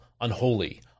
unholy